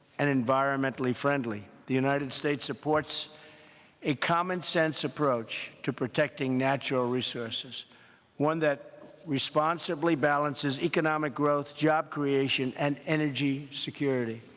and environmentally friendly. the united states supports a commonsense approach to protecting natural resources one that responsibly balances economic growth, job creation, and energy security.